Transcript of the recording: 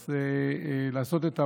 אז לעשות את המאמץ.